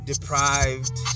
deprived